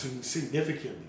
significantly